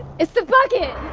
it's the bucket!